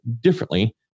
differently